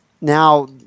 now